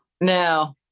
No